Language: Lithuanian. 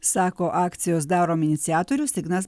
sako akcijos darom iniciatorius ignas